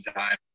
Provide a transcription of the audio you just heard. time